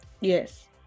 Yes